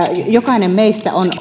jokainen meistä on